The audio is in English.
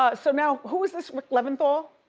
ah so now who is this rick leventhal?